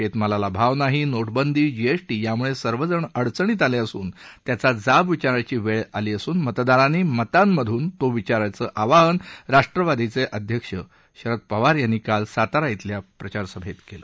शेतमालाला भाव नाही नोटबंदी जीएसटी यामुळे सर्वजण अडचणीत आले असून त्याचा जाब विचारण्याची वेळ आली असून मतदारांनी मतातून तो विचारण्याचं आवाहन राष्ट्रवादीचे अध्यक्ष शरद पवार यांनी काल सातारा खिल्या प्रचार सभेत केलं